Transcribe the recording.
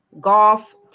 Golf